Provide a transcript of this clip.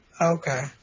Okay